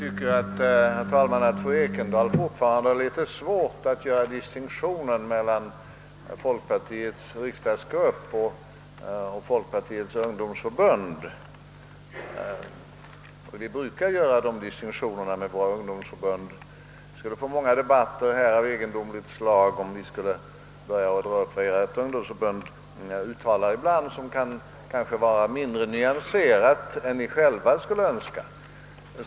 Herr talman! Jag tycker fortfarande att fru Ekendahl har svårt att göra en distinktion mellan folkpartiets riksdagsgrupp och Folkpartiets ungdomsförbund. Vi brukar göra dessa distinktioner mellan partierna och våra ungdomsförbund. Vi skulle få många debatter här av egendomligt slag, om vi skulle börja dra upp vad ett ungdomsförbund sagt och som kanske kan vara mindre nyanserat än vi inom respektive parti skulle ha önskat.